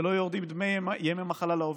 ולא יורדים ימי מחלה לעובד,